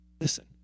Listen